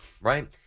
Right